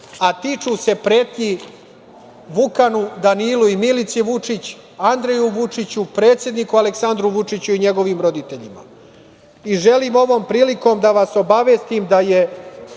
a tiču se pretnji Vukanu, Danilu i Milici Vučić, Andreju Vučiću, predsedniku Aleksandru Vučiću i njegovim roditeljima i želim ovom prilikom da vas obavestim da je